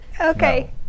Okay